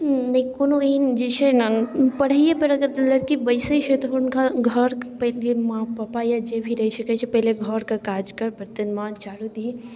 कोनो एहन जे छै ने पढ़ैएपर अगर लड़की बैसै छथि हुनका घरपर माँ पप्पा या जे भी रहे छै पहिले घरके काज कर बर्तन माँज झाड़ू दही